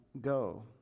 Go